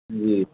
जी